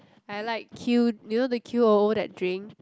I like Q you know the Q O O that drink